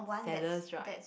saddest right